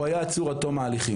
הוא היה עצור עד תום ההליכים,